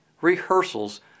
rehearsals